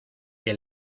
que